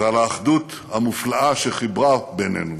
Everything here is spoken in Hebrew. ועל האחדות המופלאה שחיברה בינינו